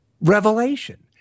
revelation